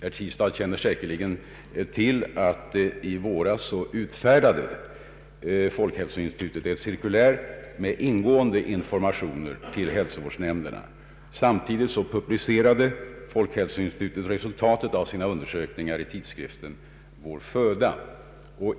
Herr Tistad känner säkerligen till att folkhälsoinstitutet i våras utfärdade ett cirkulär med ingående informationer till hälsovårdsnämnderna. Samtidigt publicerade institutet resultaten av sina undersökningar i tidskriften Vår föda.